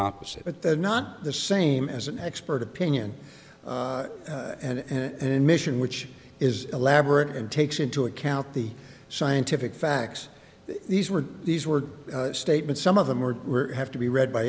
opposite but they're not the same as an expert opinion and mission which is elaborate and takes into account the scientific facts these were these were statements some of them are have to be read by